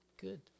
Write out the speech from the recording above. Good